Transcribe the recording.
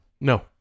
No